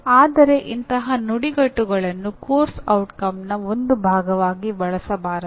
ಆದರೆ ಅಂತಹ ನುಡಿಗಟ್ಟುಗಳನ್ನು ಪಠ್ಯಕ್ರಮದ ಪರಿಣಾಮದ ಒಂದು ಭಾಗವಾಗಿ ಬಳಸಬಾರದು